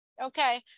okay